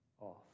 off